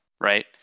Right